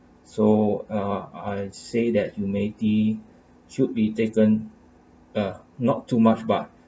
so uh I say that humility should be taken uh not too much but